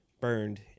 burned